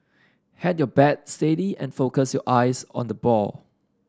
head your bat steady and focus your eyes on the ball